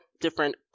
different